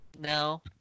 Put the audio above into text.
No